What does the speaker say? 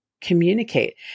communicate